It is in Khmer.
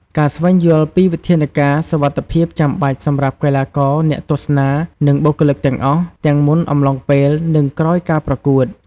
ការស្វែងយល់ពីវិធានការណ៍សុវត្ថិភាពចាំបាច់សម្រាប់កីឡាករ អ្នកទស្សនា និងបុគ្គលិកទាំងអស់ ទាំងមុន អំឡុងពេល និងក្រោយការប្រកួត។